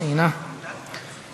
בשכרו וברמת